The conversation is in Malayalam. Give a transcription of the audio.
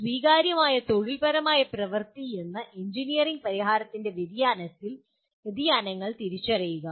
സ്വീകാര്യമായ തൊഴിൽപരമായ പ്രവൃത്തി നിന്ന് എഞ്ചിനീയറിംഗ് പരിഹാരത്തിന്റെ വ്യതിയാനങ്ങൾ തിരിച്ചറിയുക